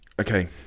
okay